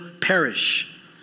perish